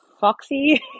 foxy